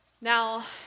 Now